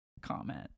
comment